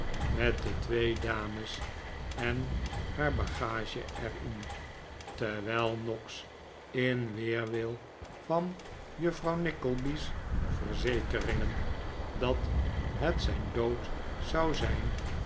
met de twee dames en haar bagage er in terwijl noggs r in weerwil van juffrouw nickleby's verzekeringen dat het zijn dood zou zijn